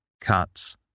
cuts